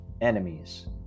enemies